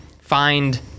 find